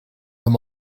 them